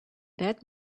that